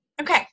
okay